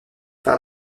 par